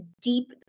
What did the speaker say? deep